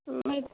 نہیں